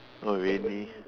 oh really